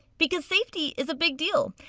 because safety is a big deal.